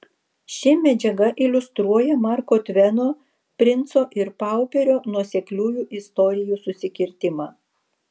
ši medžiaga iliustruoja marko tveno princo ir pauperio nuosekliųjų istorijų susikirtimą